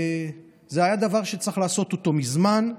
זה היה דבר שצריך לעשות אותו מזמן,